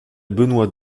benoît